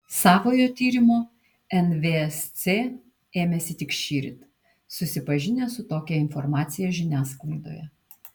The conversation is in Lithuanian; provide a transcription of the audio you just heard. savojo tyrimo nvsc ėmėsi tik šįryt susipažinę su tokia informacija žiniasklaidoje